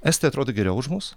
estai atrodo geriau už mus